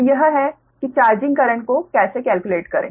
तो यह है कि चार्जिंग करंट को कैसे केल्क्युलेट करें